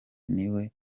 niwe